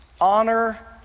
honor